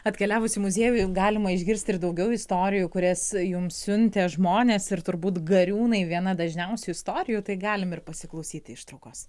atkeliavus į muziejų juk galima išgirsti ir daugiau istorijų kurias jums siuntė žmonės ir turbūt gariūnai viena dažniausių istorijų tai galime ir pasiklausyti ištraukos